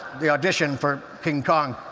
the audition for king kong.